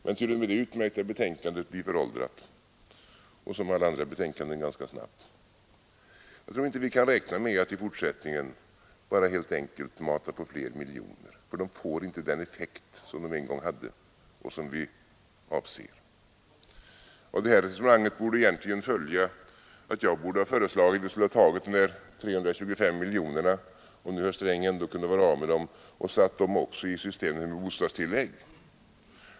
Men t.o.m. det utmärkta betänkandet blir föråldrat, och som alla andra betänkanden ganska snabbt. Jag tror inte vi kan räkna med att i fortsättningen bara helt enkelt mata på med fler miljoner, för pengarna får inte den effekt de en gång hade. Av det här resonemanget borde ha följt att jag föreslagit att vi skulle ha tagit de 325 miljonerna — om herr Sträng ändå kunde vara av med dem — och satt in dem i systemet för bostadstillägg.